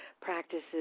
practices